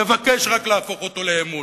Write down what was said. מבקש רק להפוך אותו לאמון,